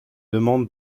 demande